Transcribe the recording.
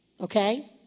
Okay